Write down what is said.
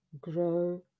grow